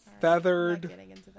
Feathered